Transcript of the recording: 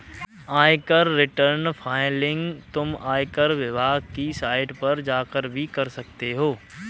आयकर return filing तुम आयकर विभाग की साइट पर जाकर भी कर सकते हो